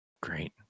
great